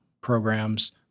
programs